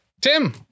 Tim